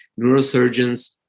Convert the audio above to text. Neurosurgeons